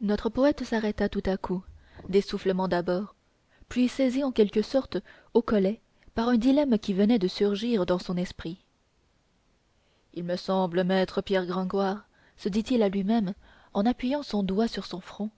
notre poète s'arrêta tout à coup d'essoufflement d'abord puis saisi en quelque sorte au collet par un dilemme qui venait de surgir dans son esprit il me semble maître pierre gringoire se dit-il à lui-même en appuyant son doigt sur son front